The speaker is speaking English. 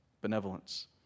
Benevolence